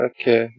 Okay